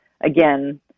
again